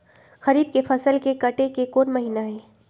खरीफ के फसल के कटे के कोंन महिना हई?